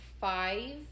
five